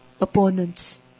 opponents